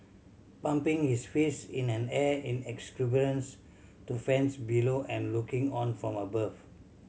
pumping his fist in an air in exuberance to fans below and looking on from above